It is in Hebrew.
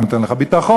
ניתן לך ביטחון,